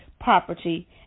property